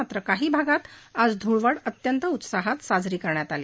मात्र काही भागात आज ध्ळवड अत्यंत उत्साहात साजरी करण्यात आली